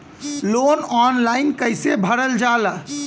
Loan online कइसे भरल जाला?